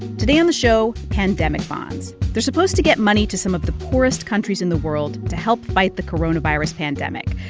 today on the show, pandemic bonds they're supposed to get money to some of the poorest countries in the world to help fight the coronavirus pandemic.